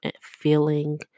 feeling